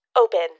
open